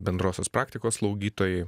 bendrosios praktikos slaugytojai